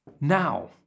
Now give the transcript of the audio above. Now